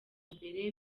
imbere